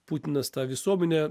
putinas tą visuomenę